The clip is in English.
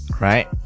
right